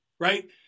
Right